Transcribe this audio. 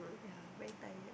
yeah very tired